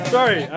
Sorry